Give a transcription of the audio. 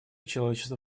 человечества